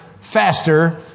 faster